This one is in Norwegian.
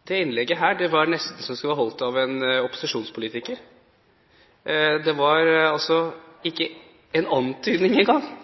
Dette innlegget var nesten som det skulle vært holdt av en opposisjonspolitiker. Det var ikke en antydning engang til å ta på alvor den situasjonen av meldinger som